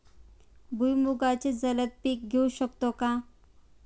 भुईमुगाचे जलद पीक घेऊ शकतो का?